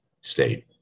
state